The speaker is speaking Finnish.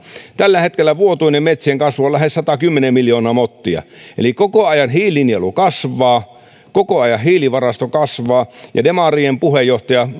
tällä hetkellä vuotuinen metsien kasvu on lähes satakymmentä miljoonaa mottia eli koko ajan hiilinielu kasvaa koko ajan hiilivarasto kasvaa mutta demarien puheenjohtaja